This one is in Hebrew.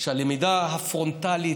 הלמידה הפרונטלית,